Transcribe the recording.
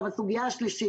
הסוגיה השלישית,